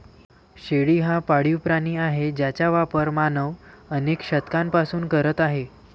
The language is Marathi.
शेळी हा पाळीव प्राणी आहे ज्याचा वापर मानव अनेक शतकांपासून करत आहे